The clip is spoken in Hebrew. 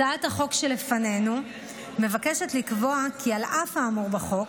הצעת החוק שלפנינו מבקשת לקבוע כי על אף האמור בחוק,